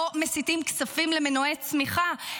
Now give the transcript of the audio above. לא מסיטים כספים למנועי צמיחה,